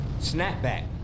Snapback